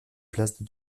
place